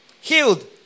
healed